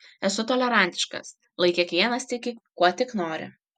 esu tolerantiškas lai kiekvienas tiki kuo tik nori